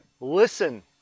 Listen